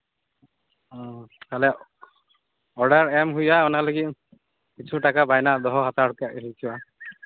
ᱚᱻ ᱛᱟᱦᱚᱞᱮ ᱚᱰᱟᱨ ᱮᱢ ᱦᱩᱭᱩᱜᱼᱟ ᱚᱱᱟ ᱞᱟᱹᱜᱤᱫ ᱠᱤᱪᱷᱩ ᱴᱟᱠᱟ ᱵᱟᱭᱱᱟ ᱫᱚᱦᱚ ᱦᱟᱛᱟᱲ